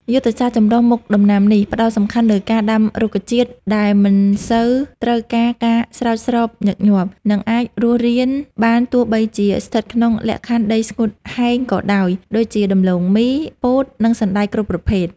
យុទ្ធសាស្ត្រចម្រុះមុខដំណាំនេះ ផ្តោតសំខាន់លើការដាំរុក្ខជាតិដែលមិនសូវត្រូវការការស្រោចស្រពញឹកញាប់ និងអាចរស់រានបានទោះបីជាស្ថិតក្នុងលក្ខខណ្ឌដីស្ងួតហែងក៏ដោយ ដូចជា ដំឡូងមី ពោត និងសណ្តែកគ្រប់ប្រភេទ។